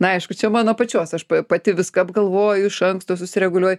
na aišku čia mano pačios aš pa pati viską apgalvoju iš anksto susireguliuoju